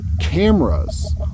cameras